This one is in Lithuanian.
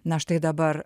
na štai dabar